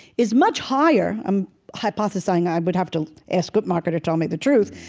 is much higher i'm hypothesizing. i would have to ask guttmacher to tell me the truth.